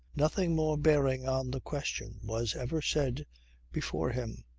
nothing more bearing on the question was ever said before him.